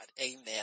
Amen